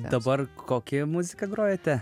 dabar kokią muziką grojate